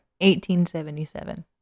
1877